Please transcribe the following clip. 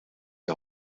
die